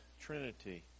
Trinity